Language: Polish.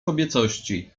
kobiecości